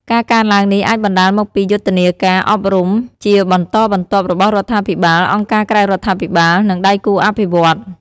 ការកើនឡើងនេះអាចបណ្ដាលមកពីយុទ្ធនាការអប់រំជាបន្តបន្ទាប់របស់រដ្ឋាភិបាល អង្គការក្រៅរដ្ឋាភិបាល និងដៃគូអភិវឌ្ឍន៍។